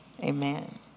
Amen